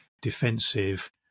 defensive